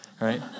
Right